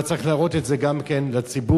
אבל צריך להראות את זה גם כן לציבור,